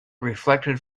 reflected